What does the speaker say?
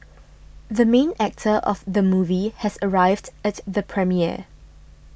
the main actor of the movie has arrived at the premiere